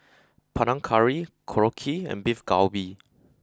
Panang curry Korokke and beef Galbi